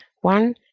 one